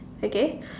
okay